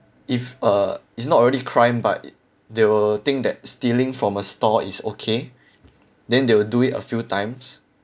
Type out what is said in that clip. if uh it's not already crime but they will think that stealing from a store is okay then they will do it a few times